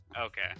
Okay